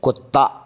कुत्ता